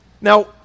Now